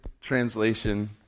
translation